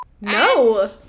no